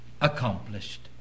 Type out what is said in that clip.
accomplished